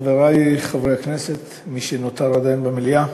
חברי חברי הכנסת, מי שנותר עדיין במליאה,